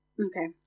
Okay